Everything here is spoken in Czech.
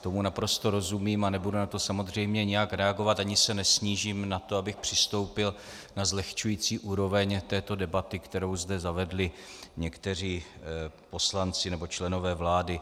Tomu naprosto rozumím a nebudu na to samozřejmě nijak reagovat a ani se nesnížím na to, abych přistoupil na zlehčující úroveň této debaty, kterou zde zavedli někteří poslanci nebo členové vlády.